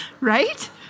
Right